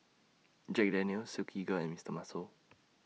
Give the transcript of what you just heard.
Jack Daniel's Silkygirl and Mister Muscle